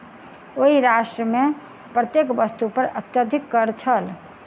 ओहि राष्ट्र मे प्रत्येक वस्तु पर अत्यधिक कर छल